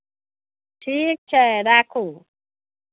ठीक छै राखू